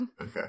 Okay